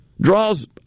draws